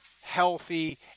healthy